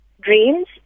dreams